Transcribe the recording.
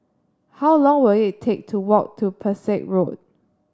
how long will it take to walk to Pesek Road